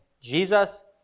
Jesus